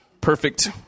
perfect